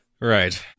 Right